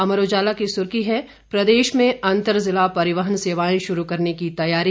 अमर उजाला की सुर्खी है प्रदेश में अंतर जिला परिवहन सेवाएं शुरू करने की तैयारी